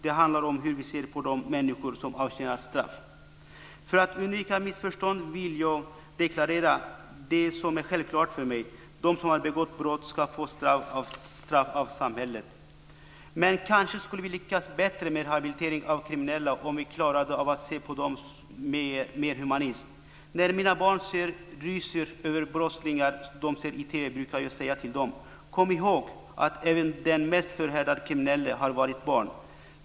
Det handlar om hur vi ser på de människor som avtjänar straff. För att undvika missförstånd vill jag deklarera det som är självklart för mig: De som har begått brott ska få straff av samhället. Men kanske skulle vi lyckas bättre med rehabilitering av kriminella om vi klarade av att se på dem med mer humanism. När mina barn ryser över brottslingar de ser på TV brukar jag säga till dem: Kom ihåg att även den mest förhärdade kriminelle har varit barn.